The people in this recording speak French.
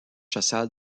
social